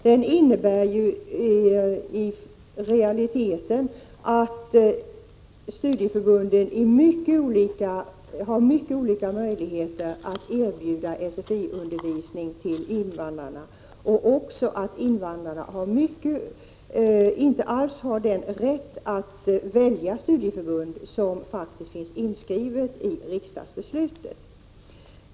Den innebär i realiteten att studieförbunden har mycket olika möjligheter att erbjuda SFI till invandrarna och att invandrarna inte alls har den rätt att välja studieförbund som finns inskriven i riksdagsbeslutet.